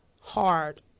hard